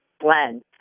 blend